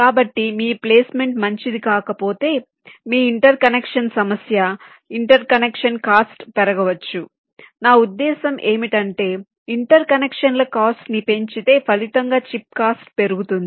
కాబట్టి మీ ప్లేస్మెంట్ మంచిది కాకపోతే మీ ఇంటర్కనెక్షన్ సమస్య ఇంటర్కనెక్షన్ కాస్ట్ పెరగవచ్చు నా ఉద్దేశ్యం ఏమిటంటే ఇంటర్కనెక్షన్ల కాస్ట్ ను పెంచితే ఫలితంగా చిప్ కాస్ట్ పెరుగుతుంది